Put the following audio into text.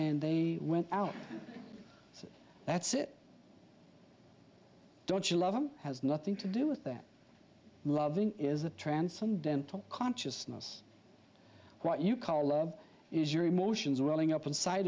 and they went out thats it don't you love them has nothing to do with their loving is the transcendental consciousness what you call love is your emotions welling up inside